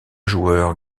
joueur